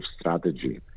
strategy